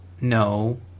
no